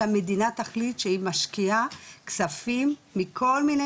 שהמדינה תחליט שהיא משקיעה כספים מכל מיני